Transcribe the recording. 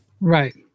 Right